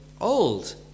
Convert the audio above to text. old